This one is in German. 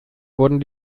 wurden